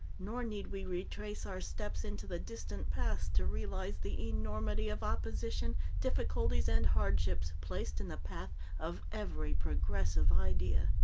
nor need we retrace our steps into the distant past to realize the enormity of opposition, difficulties, and hardships placed in the path of every progressive idea.